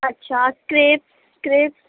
اچھا crepe crepe